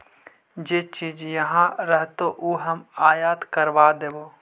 जे चीज इहाँ रहतो ऊ हम आयात करबा देबो